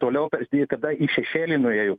toliau jie tada į šešėlį nuėjo